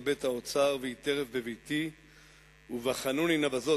בית האוצר ויהי טרף בביתי ובחנוני נא בזאת,